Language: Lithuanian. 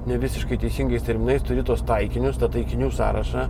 nevisiškai teisingais terminais turi tuos taikinius taikinių sąrašą